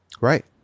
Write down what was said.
Right